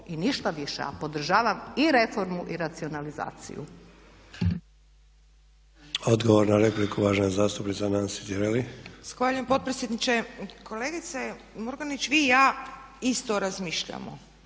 I ništa više. A podržavam i reformu i racionalizaciju.